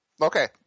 Okay